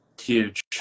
Huge